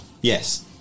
Yes